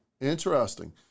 Interesting